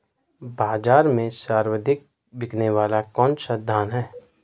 बाज़ार में सर्वाधिक बिकने वाला कौनसा धान है?